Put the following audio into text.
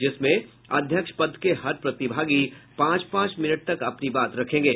जिसमें अध्यक्ष पद के हर प्रतिभागी पांच पांच मिनट तक अपनी बात रखेंगे